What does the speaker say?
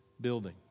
building